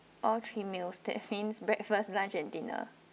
all three meals that means breakfast lunch and dinner